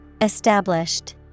Established